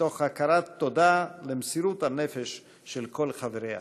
מתוך הכרת תודה על מסירות הנפש של כל חבריה.